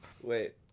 Wait